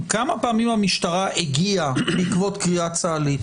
כמה פעמים המשטרה הגיעה בעקבות קריאה צה"לית,